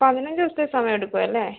പതിനഞ്ച് ദിവസത്തെ സമയമെടുക്കുമല്ലേ